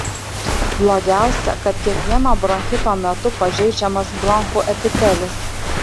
blogiausia kad kiekvieno bronchito metu pažeidžiamas bronchų epitelis